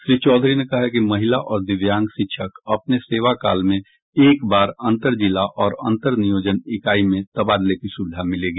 श्री चौधरी ने कहा कि महिला और दिव्यांग शिक्षक को अपने सेवाकाल में एक बार अंतर जिला और अंतर नियोजन इकाई में तबादले की सुविधा मिलेगी